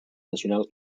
nacional